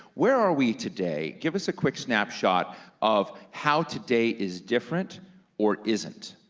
where are we today? give us a quick snapshot of how today is different or isn't?